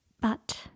But